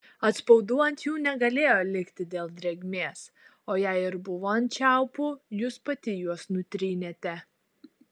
atspaudų ant jų negalėjo likti dėl drėgmės o jei ir buvo ant čiaupų jūs pati juos nutrynėte